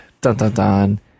Dun-dun-dun